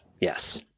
Yes